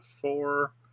four